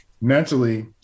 mentally